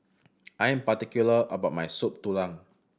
I am particular about my Soup Tulang